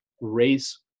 race